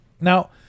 Now